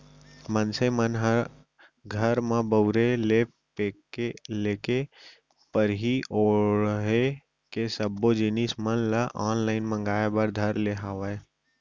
मनसे मन ह घर म बउरे ले लेके पहिरे ओड़हे के सब्बो जिनिस मन ल ऑनलाइन मांगए बर धर ले हावय